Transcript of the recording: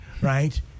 right